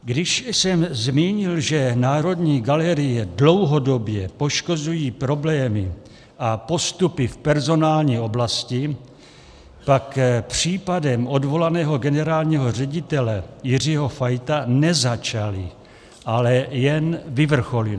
Když jsem zmínil, že Národní galerii dlouhodobě poškozují problémy a postupy v personální oblasti, pak případem odvolaného generálního ředitele Jiřího Fajta nezačaly, ale jen vyvrcholily.